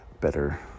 better